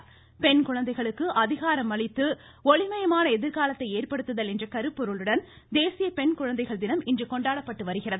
பெண் குழந்தைகளுக்கு அதிகாரம் அளித்து ஒளிமயமான எதிர்காலத்தை ஏற்படுத்துதல் என்ற கருப்பொருளுடன் தேசிய பெண்குழந்தைகள் தினம் இன்று கொண்டாடப்பட்டு வருகிறது